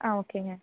ஆ ஓகேங்க